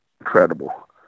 incredible